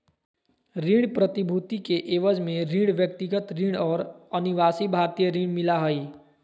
ऋण प्रतिभूति के एवज में ऋण, व्यक्तिगत ऋण और अनिवासी भारतीय ऋण मिला हइ